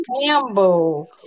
Campbell